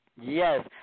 Yes